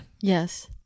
Yes